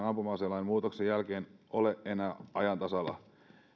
ampuma aselain muutoksen jälkeen ole enää ajan tasalla